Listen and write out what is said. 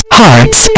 hearts